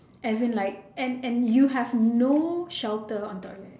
as in like and and you have no shelter on top of your head